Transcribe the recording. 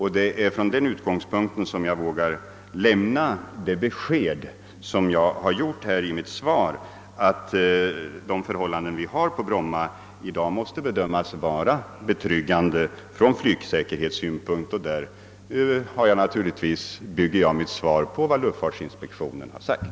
Det är från denna utgångspunkt jag lämnat det besked som jag har gett i mitt svar, nämligen att de förhållanden som råder på Bromma i dag måste bedömas vara betryggande från = flygsäkerhetssynpunkt. Jag bygger givetvis mitt svar på vad luftfartsinspektionen har sagt.